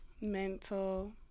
mental